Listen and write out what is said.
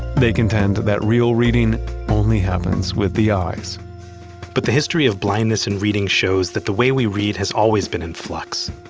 they contend that real reading only happens with the eyes but the history of blindness and reading shows that the way we read has always been in flux.